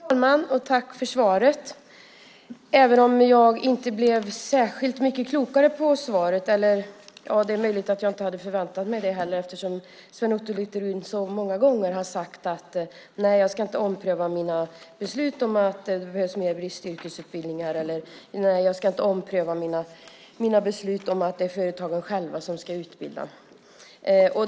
Fru talman! Först vill jag tacka ministern för svaret, men jag blev inte särskilt mycket klokare av det. Det är möjligt att jag inte heller hade förväntat mig det eftersom Sven Otto Littorin så många gånger har sagt: Nej, jag ska inte ompröva mina beslut om att det behövs mer bristyrkesutbildningar. Nej, jag ska inte ompröva mina beslut om att företagen själva ska utbilda.